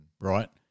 Right